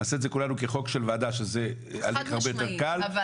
כחוק של ועדה שזה הרבה יותר קל.